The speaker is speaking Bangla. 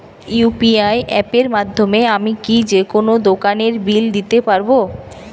ইউ.পি.আই অ্যাপের মাধ্যমে আমি কি যেকোনো দোকানের বিল দিতে পারবো?